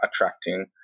attracting